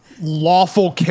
lawful